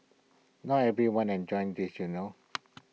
not everyone enjoys this you know